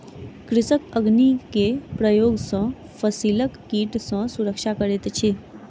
कृषक अग्नि के प्रयोग सॅ फसिलक कीट सॅ सुरक्षा करैत अछि